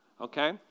Okay